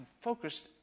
focused